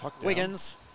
Wiggins